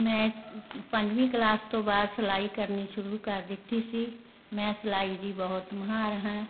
ਮੈਂ ਪੰਜਵੀਂ ਕਲਾਸ ਤੋਂ ਬਾਅਦ ਸਿਲਾਈ ਕਰਨੀ ਸ਼ੁਰੂ ਕਰ ਦਿੱਤੀ ਸੀ ਮੈਂ ਸਿਲਾਈ ਦੀ ਬਹੁਤ ਮਾਹਿਰ ਹਾਂ